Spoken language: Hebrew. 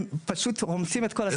הם פשוט רומסים את כל הזכויות שלה.